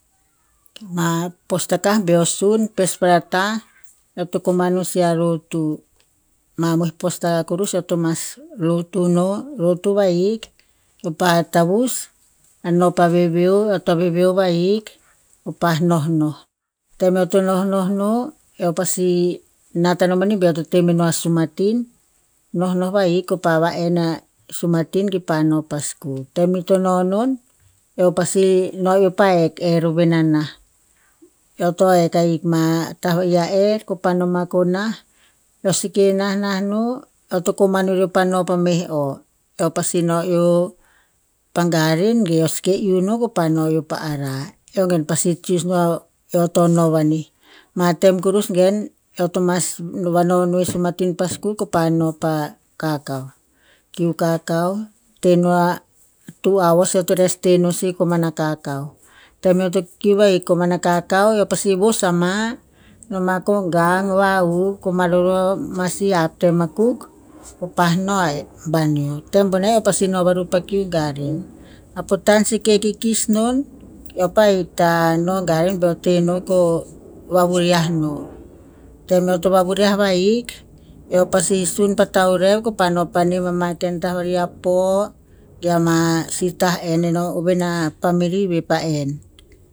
Ama postaka beo sun pespa tah eo to koman si a lotu, mamoi postaka kurus eo to mas lotu no. Lotu vahik, keo pa tavus a noh pa veveo, veveo vahik keo pa nohnoh. Tem eo to nohnoh no, eo pasi nat no amani ba eo to teh meno a sumatin. Nohnoh vahik keo pa va enn a sumatin kipa no pa skul. Tem ito nonon, eo pasi no eo pa hek err ovena nah. Eo to hek ahik ma ta va'i a err, ko pa noma ko nah. Eo seke nahnah no, eo to koman vuren pa no pa meh o. Eo pasi no eo pa garen ge eo seke iuh no eo pa arah. Eo gen pasi choose no a eo to no vani. Ma tem kurus gen eo to mas vanono e sumatin pa skul ko pa no kaukau. Kiu kakau, teh no a two hours eo to res teh no sih komana kakau. Tem eo to kiu vahik komana kakau, eo pasi vos ama, noma ko gang, va'huv ko malolo ma si hap tem akuk ko pa no aen baneo. Tem boneh varu eo pasi no aru pa kiu garen. A potan seke kikis non keo pa ikta no garen tehno ko vavuriah no. Tem eo to vavuriah vahik, eo pasi sun pa taurev ko pa no pa nem ama ta vari, a poh ge ama si tah enn ovena family va pa enn.